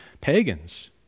pagans